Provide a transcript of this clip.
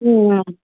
ம் ஆ